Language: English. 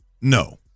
No